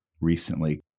recently